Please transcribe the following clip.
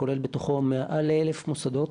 כולל בתוכו מעל ל-1,000 מוסדות.